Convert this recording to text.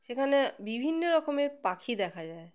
সেখানে বিভিন্ন রকমের পাখি দেখা যায়